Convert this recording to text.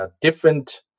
different